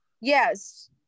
Yes